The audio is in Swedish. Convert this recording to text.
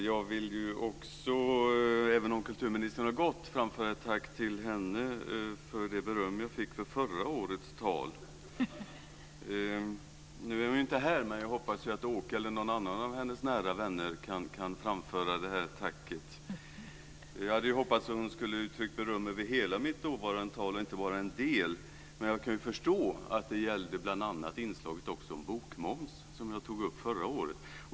Fru talman! Jag vill, även om kulturministern har gått, framföra ett tack till henne för det beröm jag fick för förra årets tal. Nu är hon inte här, men jag hoppas att Åke Gustavsson eller någon annan av hennes nära vänner kan framföra tacket. Jag hade hoppats att hon skulle uttrycka beröm över hela mitt dåvarande tal och inte bara en del, men jag kan ju förstå att det gällde bl.a. inslaget om bokmoms, som jag tog upp förra året.